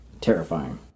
Terrifying